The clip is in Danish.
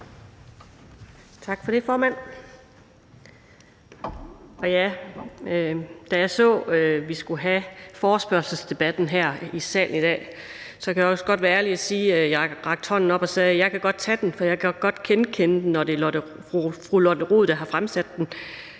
Tak for det, formand. Da jeg så, vi skulle have forespørgselsdebatten her i salen i dag, kan jeg godt være ærlig og sige, at jeg rakte hånden op og sagde: Jeg kan godt tage den, for jeg kan godt genkende den, når det er fru Lotte Rod, der har stillet den,